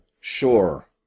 Sure